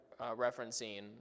referencing